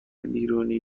بیرونی